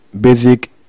basic